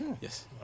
Yes